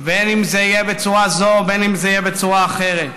בין שזה יהיה בצורה זו, בין שזה יהיה בצורה אחרת.